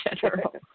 general